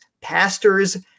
pastors